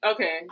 Okay